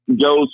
goes